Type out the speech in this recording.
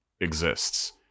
exists